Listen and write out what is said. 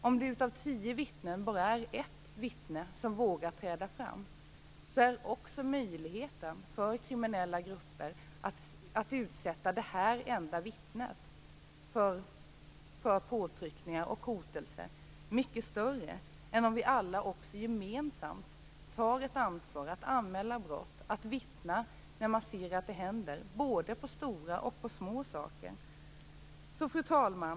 Om det av tio vittnen bara är ett som vågar träda fram så är också möjligheten för kriminella grupper att utsätta detta enda vittne för påtryckningar och hotelser mycket större än om vi alla gemensamt tar ett ansvar för att anmäla brott och att vittna när vi ser att något händer. Det gäller både stora och små saker. Fru talman!